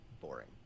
boring